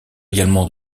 également